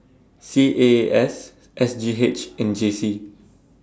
C A A S S G H and J C